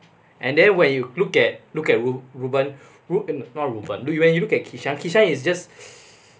and then when you look at look at reu~ reu ben no not reu ben when you look at kishan kishan is just